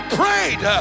prayed